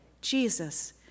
Jesus